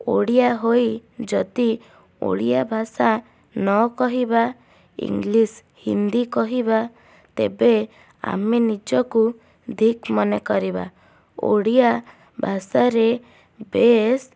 ଓଡ଼ିଆ ହୋଇ ଯଦି ଓଡ଼ିଆ ଭାଷା ନ କହିବା ଇଂଲିଶ ହିନ୍ଦୀ କହିବା ତେବେ ଆମେ ନିଜକୁ ଧିକ୍ ମନେକରିବା ଓଡ଼ିଆ ଭାଷାରେ ବେଶ୍